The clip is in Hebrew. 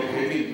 השר?